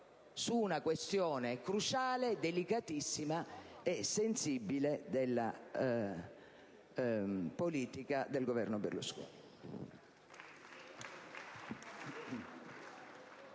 su una questione cruciale, delicatissima e sensibile della politica del Governo Berlusconi.